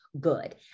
good